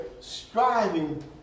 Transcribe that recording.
striving